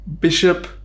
Bishop